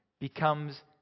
becomes